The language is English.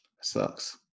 sucks